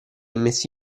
messi